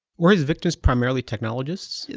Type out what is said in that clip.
were his victims primarily technologists?